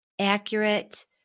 accurate